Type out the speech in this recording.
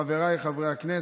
חבריי חברי הכנסת,